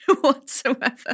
whatsoever